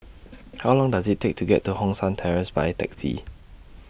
How Long Does IT Take to get to Hong San Terrace By Taxi